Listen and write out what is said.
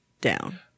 down